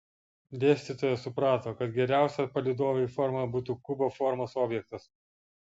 dėstytojas suprato kad geriausia palydovui forma būtų kubo formos objektas